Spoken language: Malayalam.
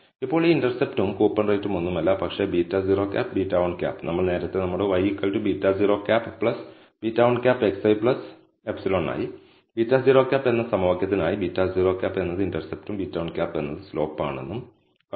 ഇപ്പോൾ ഈ ഇൻറർസെപ്റ്റും കൂപ്പൺ റേറ്റും ഒന്നുമല്ല പക്ഷേ β̂0 β̂1 നമ്മൾ നേരത്തെ നമ്മുടെ y β̂0 β̂1xi ε I β̂0 എന്ന സമവാക്യത്തിനായി β̂0 എന്നത് ഇന്റർസെപ്റ്റും β̂1 സ്ലോപ്പ് ആണെന്നും കണ്ടു